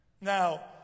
Now